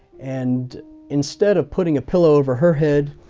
and instead of putting a pillow over her head,